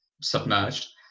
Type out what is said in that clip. submerged